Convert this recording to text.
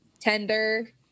tender